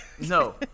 No